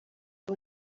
ubu